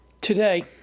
Today